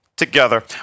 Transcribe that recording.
Together